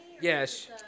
Yes